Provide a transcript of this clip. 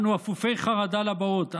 אנו אפופי חרדה לבאות,